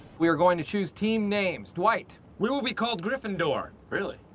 we are going to choose team names. dwight. we will be called gryffindor. really?